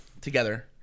together